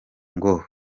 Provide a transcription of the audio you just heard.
ngo